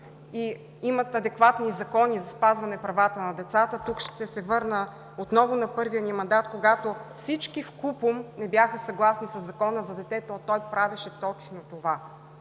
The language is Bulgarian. имат адекватни закони за спазване правата на децата. Тук ще се върна отново на първия ни мандат, когато всички вкупом не бяха съгласни със Закона за детето, а той правеше точно това.